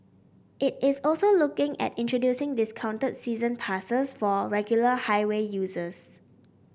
it is also looking at introducing discounted season passes for regular highway users